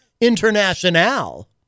international